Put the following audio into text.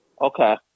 Okay